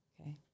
Okay